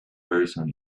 person